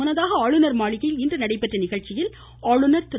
முன்னதாக ஆளுநர் மாளிகையில் இன்று நடைபெற்ற நிகழ்ச்சியில் ஆளுநர் திரு